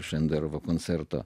šenderovo koncertą